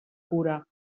cura